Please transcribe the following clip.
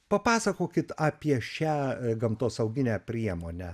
papasakokit apie šią gamtosauginę priemonę